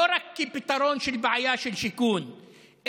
לא רק כפתרון בעיה של שיכון,